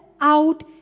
out